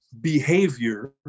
behavior